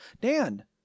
Dan